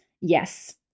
yes